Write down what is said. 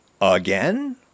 again